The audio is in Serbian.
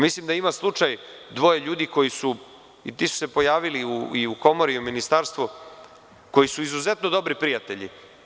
Mislim da ima slučaj dvoje ljudi koji su, a pojavili su se i u komori, u ministarstvu, izuzetno dobri prijatelji.